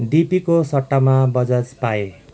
डिपीको सट्टामा बजाज पाएँ